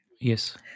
Yes